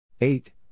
eight